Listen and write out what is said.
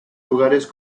lugares